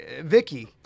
Vicky